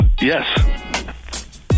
yes